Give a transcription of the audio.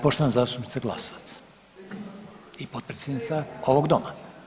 Poštovana zastupnica Glasovac i potpredsjednica ovog Doma.